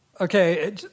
okay